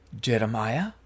Jeremiah